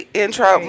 intro